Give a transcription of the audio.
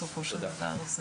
בסופו של דבר.